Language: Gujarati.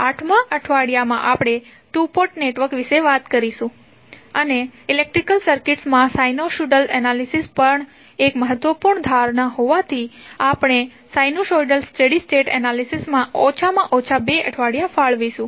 8 માં અઠવાડિયામા આપણે 2 પોર્ટ નેટવર્ક્સ વિશે વાત કરીશું અને ઇલેક્ટ્રિક સર્કિટ્સમાં સાઇનુસોઇડલ એનાલિસિસ પણ એક મહત્વપૂર્ણ ધારણા હોવાથી આપણે સાઇનુસોઇડલ સ્ટેડી સ્ટેટ એનાલિસિસમાં ઓછામાં ઓછા 2 અઠવાડિયા ફાળવીશું